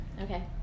Okay